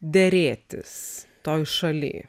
derėtis toj šaly